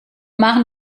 machen